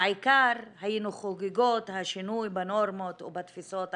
בעיקר היינו חוגגות את השינוי בנורמות או בתפיסות החברתיות.